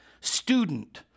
student